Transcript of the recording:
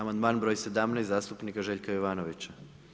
Amandman br. 17. zastupnika Željka Jovanovića.